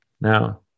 Now